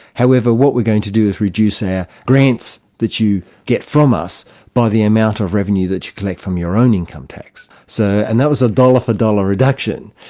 however, what we're going to do is reduce our ah grants that you get from us by the amount of revenue that you collect from your own income tax'. so and that was a dollar for dollar reduction.